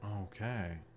Okay